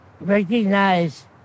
recognize